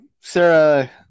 Sarah